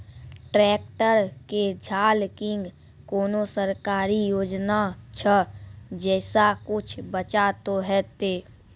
Tractor के झाल किंग कोनो सरकारी योजना छ जैसा कुछ बचा तो है ते?